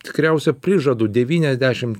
tikriausiai prižadu devyniasdešim